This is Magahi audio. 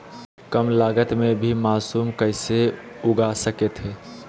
कम लगत मे भी मासूम कैसे उगा स्केट है?